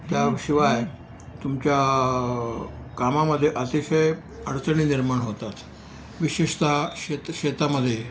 त्याशिवाय तुमच्या कामामध्ये अतिशय अडचणी निर्माण होतात विशेषतः शेत शेतामध्ये